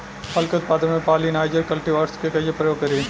फल के उत्पादन मे पॉलिनाइजर कल्टीवर्स के कइसे प्रयोग करी?